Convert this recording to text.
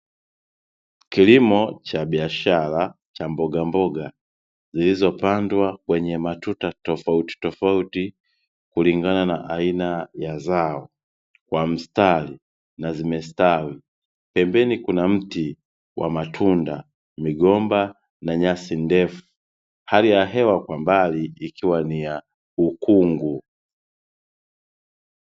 Kililimo cha biashara cha mbogamboga, zilizopandwa kwenye matuta tofautitofauti kulingana na aina ya zao, kwa mstari na zimestawi, pembeni kuna mti wa matunda, migomba na nyasi ndefu, hali ya hewa kwa mbali ikiwa ni ya ukungu.